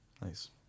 Nice